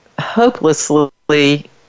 hopelessly